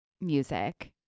music